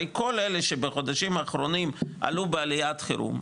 כל מי שבחודשים האחרונים עלו בעליית חירום,